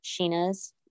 sheena's